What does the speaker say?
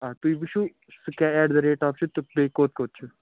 آ تُہۍ وُچھِو سُہ کیٛاہ ایٚٹ دا ریٹ آف چھِ تہٕ بیٚیہِ کوٚت کوٚت چھِ